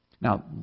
Now